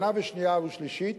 שנה שנייה ושלישית,